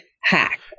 hack